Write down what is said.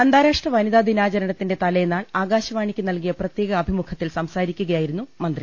അന്താരാഷ്ട്ര വനിതാ ദിനാചരണത്തിന്റെ തലേനാൾ ആകാശവാ ണിക്ക് നൽകിയ പ്രത്യേക അഭിമുഖത്തിൽ സംസാരിക്കുകയായിരുന്നു മന്ത്രി